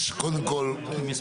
יש הצבעות עכשיו.